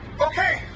Okay